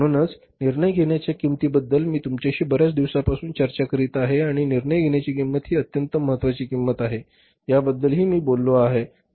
म्हणूनच निर्णय घेण्याच्या किंमती बद्दल मी तुमच्याशी बर्याच दिवसांपासून चर्चा करीत आहे आणि निर्णय घेण्याची किंमत ही अत्यंत महत्वाची किंमत आहे या बद्दल हि बोललो आहे